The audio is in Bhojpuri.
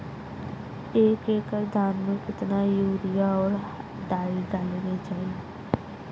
एक एकड़ धान में कितना यूरिया और डाई डाले के चाही?